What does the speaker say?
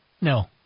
no